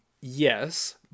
yes